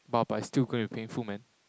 !wah! but it's still gonna be painful [man]